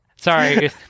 Sorry